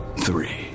three